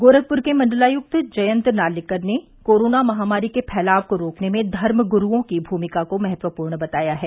गोरखपुर के मंडलायुक्त जयंत नार्लिकर ने कोरोना महामारी के फैलाव को रोकने में धर्मगुरूओं की भूमिका को महत्वपूर्ण बताया है